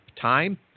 time